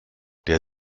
der